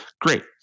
great